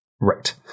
Right